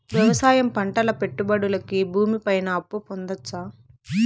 వ్యవసాయం పంటల పెట్టుబడులు కి భూమి పైన అప్పు పొందొచ్చా?